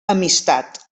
amistat